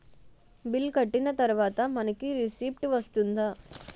Bill కట్టిన తర్వాత మనకి రిసీప్ట్ వస్తుందా?